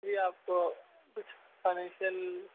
جی آپ کو کچھ فائننشیل